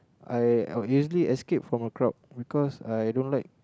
I I will usually escape from a crowd because I don't like